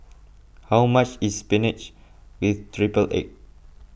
how much is Spinach with Triple Egg